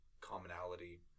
commonality